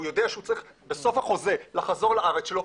והוא יודע שהוא צריך בסוף החוזה לחזור לארץ שלו,